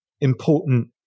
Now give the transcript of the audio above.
important